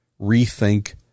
rethink